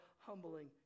humbling